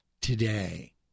today